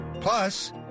Plus